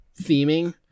theming